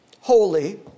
holy